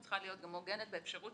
היא צריכה להיות גם מעוגנת באפשרות